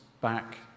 back